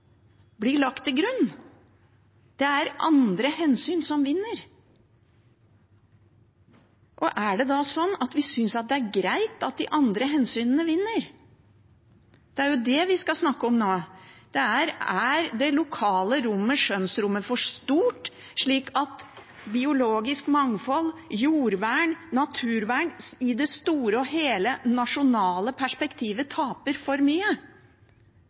blir lagt til grunn. Det er andre hensyn som vinner. Er det da slik at vi synes det er greit at de andre hensynene vinner? Det er jo det vi skal snakke om nå. Er det lokale skjønnsrommet for stort, slik at biologisk mangfold, jordvern, naturvern i det store og hele, det nasjonale perspektivet, taper for mye?